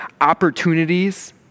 opportunities